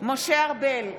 משה ארבל,